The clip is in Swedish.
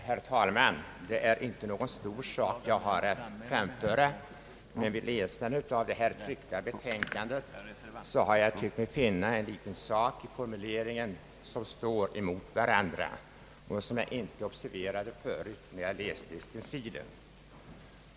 Herr talman! Det är inte någon stor sak jag har att framföra. Vid läsningen av det tryckta betänkandet har jag emellertid tyckt mig finna ett par formuleringar som står emot varandra och som jag inte observerat förut när jag läst stencilmaterialet.